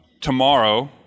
tomorrow